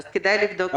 אז כדאי לבדוק את זה.